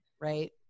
Right